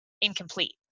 incomplete